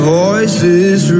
voices